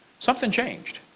something changed.